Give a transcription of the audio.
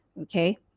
okay